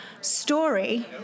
story